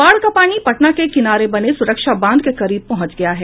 बाढ़ का पानी पटना के किनारे बने सुरक्षा बांध के करीब पहुंच गया है